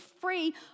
free